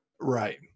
Right